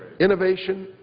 innovation,